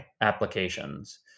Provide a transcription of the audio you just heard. applications